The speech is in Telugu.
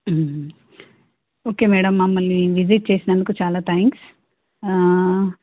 ఓకే మేడమ్ మమ్మల్ని విజిట్ చేసినందుకు చాలా థ్యాంక్స్